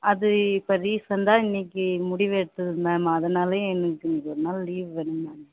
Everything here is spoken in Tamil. அது இப்போ ரீசெண்டாக இன்றைக்கி முடிவு எடுத்தது மேம் அதனாலேயே எனக்கு இன்றைக்கு ஒரு நாள் லீவு வேணும் மேம்